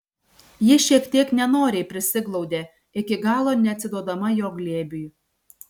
ji šiek tiek nenoriai prisiglaudė iki galo neatsiduodama jo glėbiui